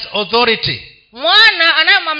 authority